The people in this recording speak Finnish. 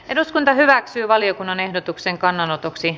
eduskunta hyväksyi valiokunnan ehdotuksen kannanotoksi